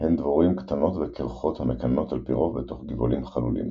הן דבורים קטנות וקרחות המקננות על-פי רוב בתוך גבעולים חלולים.